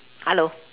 hello